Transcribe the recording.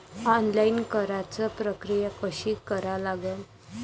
Online कराच प्रक्रिया कशी करा लागन?